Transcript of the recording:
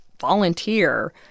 volunteer